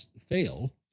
fail